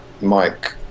Mike